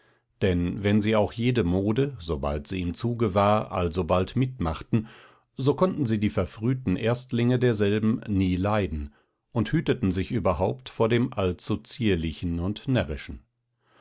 denn wenn sie auch jede mode sobald sie im zuge war alsobald mitmachten so konnten sie die verfrühten erstlinge derselben nie leiden und hüteten sich überhaupt vor dem allzuzierlichen und närrischen